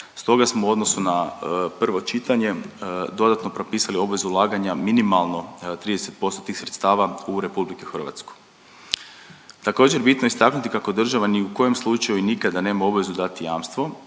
Stoga smo u odnosu na prvo čitanje dodatno propisali obvezu ulaganja minimalno 30% tih sredstava u Republiku Hrvatsku. Također bitno je istaknuti kada država ni u kojem slučaju nikada nema obvezu dati jamstvo,